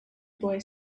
boy